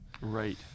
right